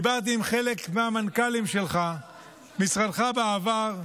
דיברתי עם חלק ממנכ"לי משרדך בעבר.